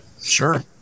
sure